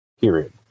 period